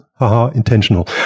intentional